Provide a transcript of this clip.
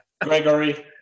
Gregory